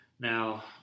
Now